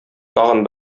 тагын